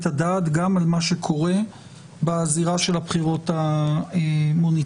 הדעת גם על מה שקורה בזירת הבחירות המוניציפליות.